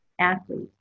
athletes